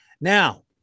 now